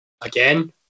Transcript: again